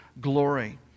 glory